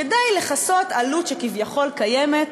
כדאי לכסות עלות שכביכול קיימת,